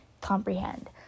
comprehend